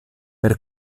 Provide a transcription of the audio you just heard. per